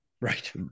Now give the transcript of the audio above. right